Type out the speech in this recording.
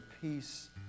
peace